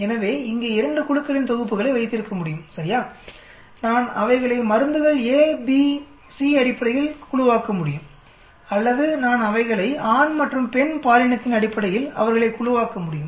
எனவே இங்கே 2 குழுக்களின் தொகுப்புகளை வைத்திருக்க முடியும் சரியா நான் அவைகளை மருந்துகள் ஏ பி சி அடிப்படையில் குழுவாக்க முடியும் அல்லது நான் அவைகளை ஆண் மற்றும் பெண் பாலினத்தின் அடிப்படையில் அவர்களை குழுவாக்க முடியும்